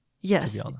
yes